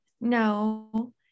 No